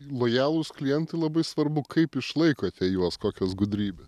lojalūs klientai labai svarbu kaip išlaikote juos kokios gudrybė